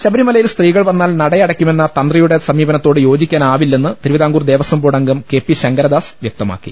ശബരിമലയിൽ സ്ത്രീകൾ വന്നാൽ നടയടക്കുമെന്ന തന്ത്രി യുടെ സമീപനത്തോട് യോജിക്കാനാവില്ലെന്ന് തിരുവിതാംകൂർ ദേവസ്വം ബോർഡ് അംഗം കെ പി ശങ്കരദാസ് വൃക്തമാക്കി